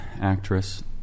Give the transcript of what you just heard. actress